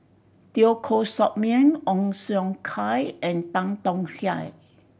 Teo Koh Sock Miang Ong Siong Kai and Tan Tong Hye